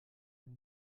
mir